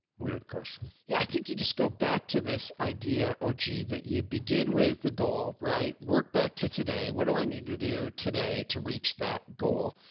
weird question. yeah. i think you just go back to this idea. oh, gee, that you begin with the goal, right. work back to today. what do i need to do today to reach that goal?